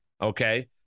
Okay